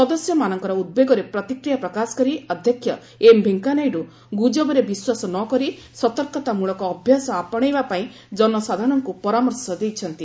ସଦସ୍ୟମାନଙ୍କର ଉଦବେଗରେ ପ୍ରତିକ୍ରିୟା ପ୍ରକାଶ କରି ଅଧ୍ୟକ୍ଷ ଏମ୍ ଭେଙ୍କୟା ନାଇଡୁ ଗୁଜବରେ ବିଶ୍ୱାସ ନ କରି ସତର୍କତା ମୂଳକ ଅଭ୍ୟାସ ଆପଣେଇବା ପାଇଁ ଜନସାଧାରଣଙ୍କ ପରାମର୍ଶ ଦେଇଛନ୍ତି